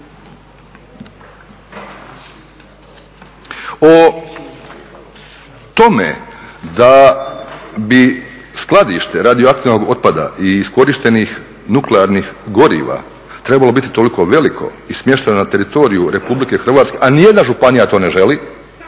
O tome da bi skladište radioaktivnog otpada i iskorištenih nuklearnih goriva trebalo biti toliko veliko i smješteno na teritoriju Republike Hrvatske, a ni jedna županija to ne želi